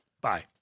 Bye